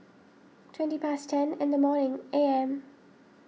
twenty past ten in the morning A M